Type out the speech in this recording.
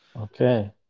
Okay